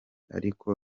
ariko